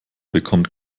bekommt